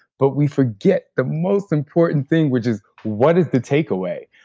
but we forget the most important thing which is what is the take away.